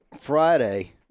Friday